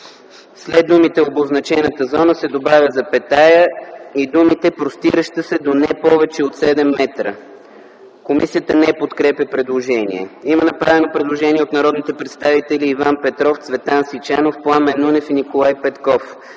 след думите „обозначената зона” се добавя запетая и думите „простираща се до не повече от 7 метра”. Комисията не подкрепя предложението. Има направено предложение от народните представители Иван Петров, Цветан Сичанов, Пламен Нунев и Николай Петков.